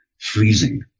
freezing